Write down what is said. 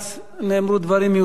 נאמרו דברים מיותרים.